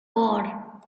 war